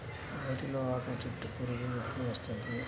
వరిలో ఆకుచుట్టు పురుగు ఎప్పుడు వస్తుంది?